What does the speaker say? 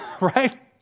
right